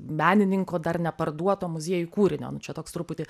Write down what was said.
menininko dar neparduoto muziejui kūrinio nu čia toks truputį